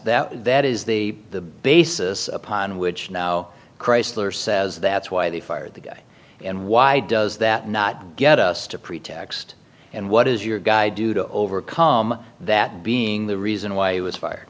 that that is the basis upon which now chrysler says that's why they fired the guy and why does that not get us to pretext and what is your guy do to overcome that being the reason why he was fired